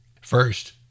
First